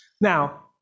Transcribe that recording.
Now